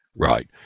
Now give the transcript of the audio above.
right